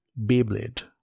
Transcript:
Beyblade